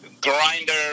grinder